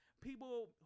people